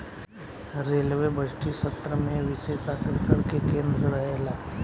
railway बजटीय सत्र में विशेष आकर्षण के केंद्र रहेला